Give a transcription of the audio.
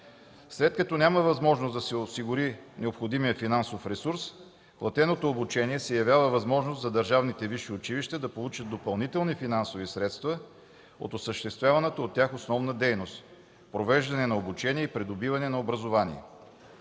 След като няма възможност да се осигури необходимият финансов ресурс, платеното обучение се явява възможност за държавните висши училища да получат допълнителни финансови средства от осъществяваната от тях основна дейност – провеждане на обучение и придобиване на образование.